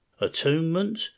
atonement